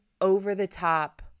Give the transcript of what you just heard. over-the-top